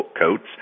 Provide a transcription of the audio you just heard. coats